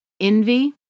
envy